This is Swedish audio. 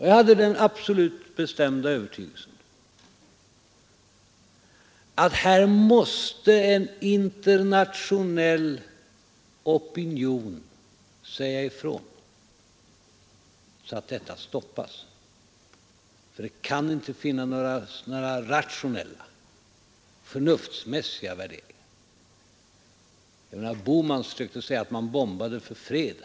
Jag hade den absolut bestämda övertygelsen att här måste en internationell opinion säga ifrån så att detta stoppades, för det kunde inte finnas några rationella, förnuftsmässiga motiveringar för det som skedde, även om herr Bohman försökte säga att man bombade för fred.